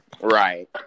Right